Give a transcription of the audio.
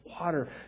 water